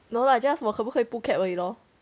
no lah just 我可不可以 pull CAP 而已 lor